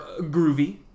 groovy